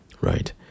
right